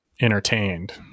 entertained